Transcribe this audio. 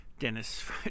Dennis